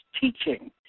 teaching